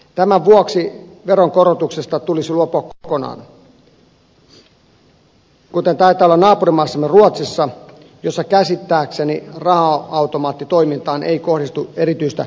tämän vuoksi veronkorotuksesta tulisi luopua kokonaan kuten taitaa olla naapurimaassamme ruotsissa jossa käsittääkseni raha automaattitoimintaan ei kohdistu erityistä arpajaisveroa